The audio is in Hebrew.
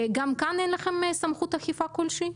גם כאן אין לכם סמכות אכיפה כלשהי?